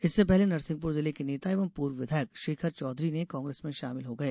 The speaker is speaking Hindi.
इससे पहले नरसिंहपुर जिले के नेता एवं पूर्व विधायक शेखर चौधरी ने कांग्रेस में शामिल हो गए